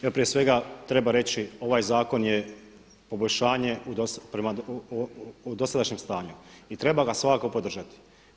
Evo prije svega treba reći ovaj zakon je poboljšanje prema dosadašnjem stanju i treba ga svakako podržati.